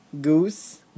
goose